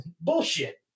bullshit